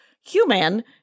Human